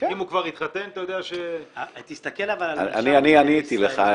אם הוא כבר הוא התחתן אתה יודע ש --- אני עניתי לך,